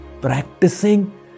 practicing